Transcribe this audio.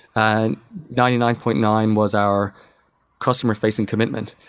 and ninety nine point nine was our customer facing commitment.